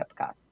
Epcot